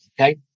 Okay